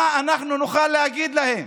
מה אנחנו נוכל להגיד להם